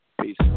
Peace